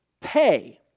pay